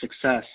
success